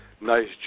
nice